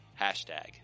hashtag